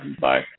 Bye